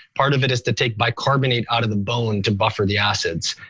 part of it is to take bicarbonate out of the bone to buffer the acids.